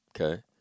okay